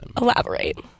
Elaborate